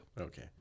okay